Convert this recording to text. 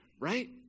right